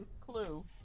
Clue